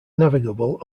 navigable